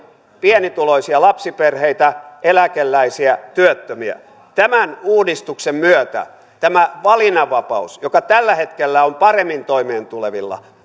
pienituloisia lapsiperheitä eläkeläisiä ja työttömiä tämän uudistuksen myötä tämä valinnanvapaus joka tällä hetkellä on paremmin toimeentulevilla